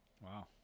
Wow